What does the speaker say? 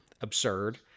absurd